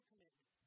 Commitment